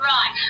Right